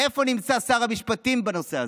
איפה נמצא שר המשפטים בנושא הזה?